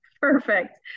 Perfect